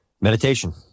Meditation